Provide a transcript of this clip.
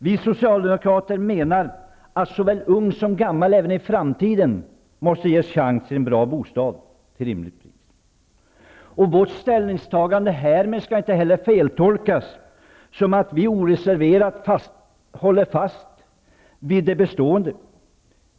Vi socialdemokrater menar att såväl ung som gammal även i framtiden måste ges chans att få en bra bostad till rimligt pris. Vårt ställningstagande skall inte feltolkas, som att vi oreserverat håller fast vid det bestående.